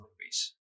movies